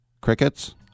Crickets